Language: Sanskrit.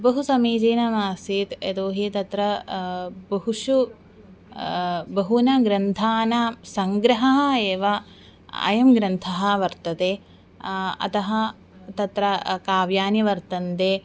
बहु समीचीनमासीत् यतो हि तत्र बहुषु बहूनां ग्रन्थानां सङ्ग्रहः एव अयं ग्रन्थः वर्तते अतः तत्र काव्यानि वर्तन्ते